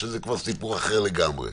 שזה כבר סיפור אחר לגמרי.